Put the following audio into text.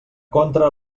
contra